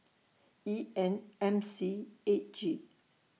E N M C eight G